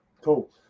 cool